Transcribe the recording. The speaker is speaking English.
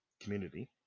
community